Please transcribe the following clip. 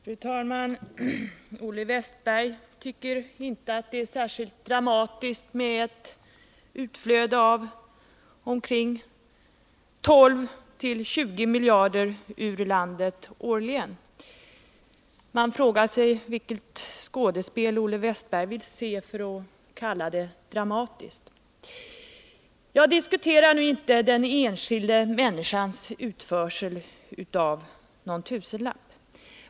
Fru talman! Olle Wästberg tycker inte att det är särskilt dramatiskt med utflöde av 12 å 20 miljarder ur landet årligen. Man frågar sig vilket skådespel Olle Wästberg vill se för att kalla det dramatiskt. Jag diskuterar nu inte den enskilda människans utförsel av någon tusenlapp.